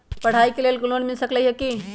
पढाई के लेल लोन मिल सकलई ह की?